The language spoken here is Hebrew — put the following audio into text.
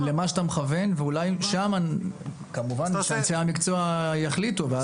למה שאת המכוון, ואולי משם אנשי המקצוע יחליטו.